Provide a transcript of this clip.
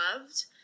loved